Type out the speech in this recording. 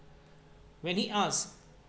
when he ask